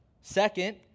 Second